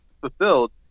fulfilled